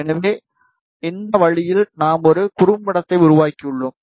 எனவே இந்த வழியில் நாம் ஒரு குறும்படத்தை உருவாக்கியுள்ளோம்